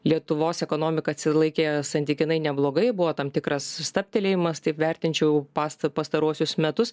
lietuvos ekonomika atsilaikė santykinai neblogai buvo tam tikras stabtelėjimas taip vertinčiau pastą pastaruosius metus